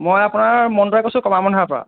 মই আপোনাৰ মন্টুৱে কৈছো কমাৰবন্ধাৰ পৰা